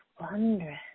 wondrous